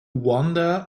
wander